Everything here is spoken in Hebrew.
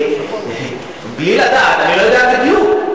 בלי לדעת, אני לא יודע בדיוק.